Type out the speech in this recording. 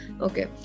Okay